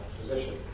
position